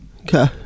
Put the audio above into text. Okay